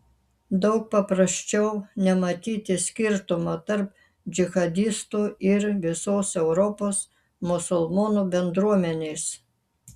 daug paprasčiau nematyti skirtumo tarp džihadistų ir visos europos musulmonų bendruomenės